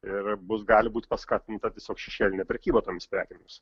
ir bus gali būti paskatinta tiesiog šešėlinė prekyba tomis prekėmis